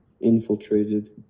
infiltrated